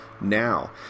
now